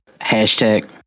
Hashtag